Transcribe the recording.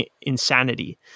insanity